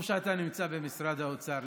טוב שאתה נמצא במשרד האוצר,